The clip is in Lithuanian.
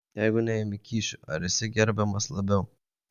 jeigu neimi kyšių ar esi gerbiamas labiau